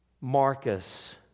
Marcus